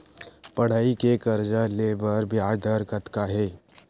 पढ़ई के कर्जा ले बर ब्याज दर कतका हे?